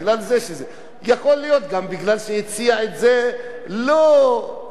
יכול להיות שזה גם בגלל שהציע את זה לא לגמרי ציוני,